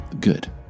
Good